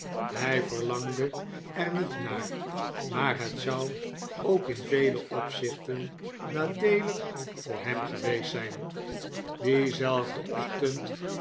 hij verlangde er niet naar maar het zou ook in vele opzichten nadeelig voor hem geweest zijn dienzelfden ochtend